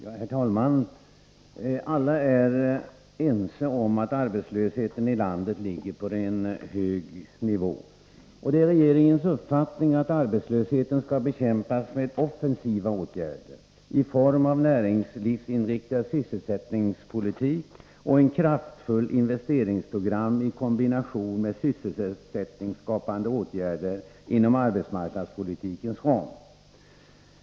Herr talman! Alla är ense om att arbetslösheten i landet ligger på en hög nivå. Det är regeringens uppfattning att arbetslösheten skall bekämpas med offensiva åtgärder i form av en näringslivsinriktad sysselsättningspolitik och ett kraftfullt investeringsprogram i kombination med sysselsättningsskapande åtgärder inom arbetsmarknadspolitikens ram.